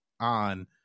on